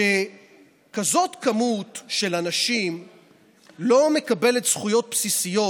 כשכזה מספר של אנשים לא מקבלים זכויות בסיסיות,